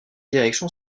direction